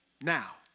now